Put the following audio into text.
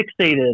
fixated